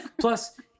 Plus